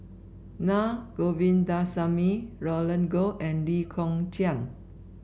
Naa Govindasamy Roland Goh and Lee Kong Chian